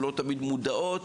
שאולי לא תמיד מודעות.